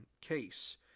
case